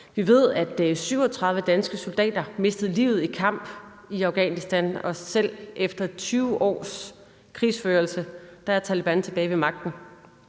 Vi ved, at 37 danske soldater mistede livet i kamp i Afghanistan, og selv efter 20 års krigsførelse er Taleban igen ved magten,